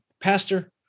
pastor